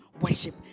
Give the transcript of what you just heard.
worship